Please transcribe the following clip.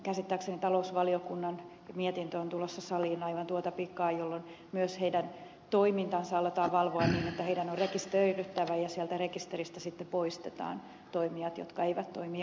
käsittääkseni talousvaliokunnan mietintö on tulossa saliin aivan tuota pikaa jolloin myös velanantajien toimintaa aletaan valvoa niin että heidän on rekisteröidyttävä ja sieltä rekisteristä sitten poistetaan toimijat jotka eivät toimi asiallisesti